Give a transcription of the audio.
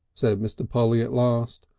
said mr. polly at last,